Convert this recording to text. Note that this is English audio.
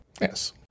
Yes